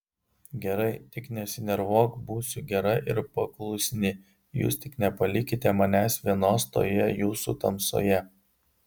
gerai tik nesinervuok būsiu gera ir paklusni jūs tik nepalikite manęs vienos toje jūsų tamsoje